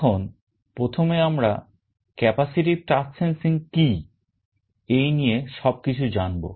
এখন প্রথমে আমরা capacitive sensing কি এই নিয়ে সব কিছু জানবো